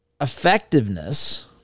effectiveness